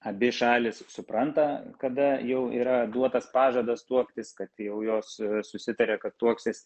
abi šalys supranta kada jau yra duotas pažadas tuoktis kad jau jos susitarė kad tuoksis